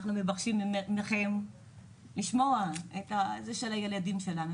אנחנו מבקשים מכם לשמוע את הילדים שלנו.